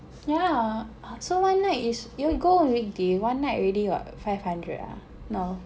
yeh so one night is you go weekday one night already what five hundred ah no